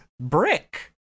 brick